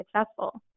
successful